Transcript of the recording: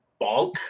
bonk